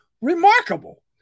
Remarkable